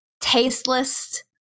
tasteless